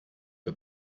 for